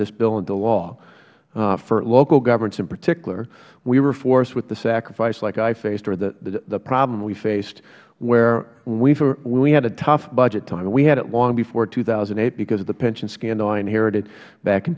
this bill into law for local governments in particular we were forced with the sacrifice like i faced or the problem we faced where when we had a tough budget time and we had it long before two thousand and eight because of the pension scandal i inherited back in